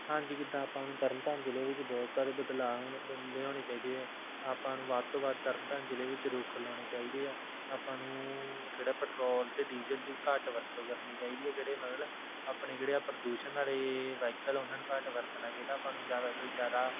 ਹਾਂਜੀ ਕਿੱਦਾਂ ਆਪਾਂ ਨੂੰ ਤਰਨਤਾਰਨ ਜ਼ਿਲ੍ਹੇ ਵਿੱਚ ਬਹੁਤ ਸਾਰੇ ਬਦਲਾਅ ਹੁਣ ਲਿਆਉਣੇ ਚਾਹੀਦੇ ਹੈ ਆਪਾਂ ਨੂੰ ਵੱਧ ਤੋਂ ਵੱਧ ਤਰਨਤਾਰਨ ਜ਼ਿਲ੍ਹੇ ਵਿੱਚ ਰੁੱਖ ਲਗਾਉਣੇ ਚਾਹੀਦੇ ਹੈ ਆਪਾਂ ਨੂੰ ਕਿਹੜਾ ਪੈਟਰੋਲ ਅਤੇ ਡੀਜ਼ਲ ਦੀ ਘੱਟ ਵਰਤੋਂ ਕਰਨੀ ਚਾਹੀਦੀ ਹੈ ਕਿਹੜੇ ਮਤਲਬ ਆਪਣੇ ਕਿਹੜੇ ਆ ਪ੍ਰਦੂਸ਼ਣ ਵਾਲੇ ਵਾਹੀਕਲ ਉਹਨਾਂ ਨੂੰ ਘੱਟ ਵਰਤਣਾ ਚਾਹੀਦਾ ਆਪਾਂ ਨੂੰ ਜ਼ਿਆਦਾ ਤੋਂ ਜ਼ਿਆਦਾ